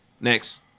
Next